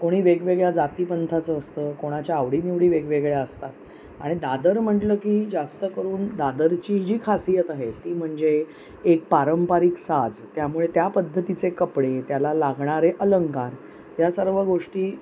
कोणी वेगवेगळ्या जातीपंथाचं असतं कोणाच्या आवडीनिवडी वेगवेगळ्या असतात आणि दादर म्हटलं की जास्त करून दादरची जी खासियत आहे ती म्हणजे एक पारंपरिक साज त्यामुळे त्या पद्धतीचे कपडे त्याला लागणारे अलंकार ह्या सर्व गोष्टी